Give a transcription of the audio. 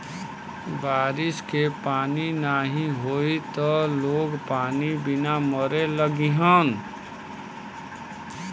बारिश के पानी नाही होई त लोग पानी बिना मरे लगिहन